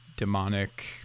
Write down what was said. demonic